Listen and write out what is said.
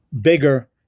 bigger